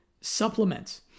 supplements